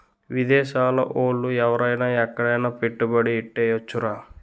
విదేశాల ఓళ్ళు ఎవరైన ఎక్కడైన పెట్టుబడి ఎట్టేయొచ్చురా